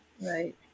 right